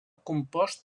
compost